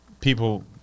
people –